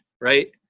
right